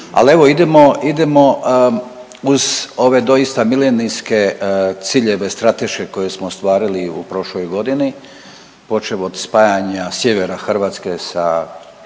idemo, idemo uz ove dosita milenijske ciljeve strateške koje smo ostvarili u prošloj godini počev od spajanja sjevera Hrvatske sa,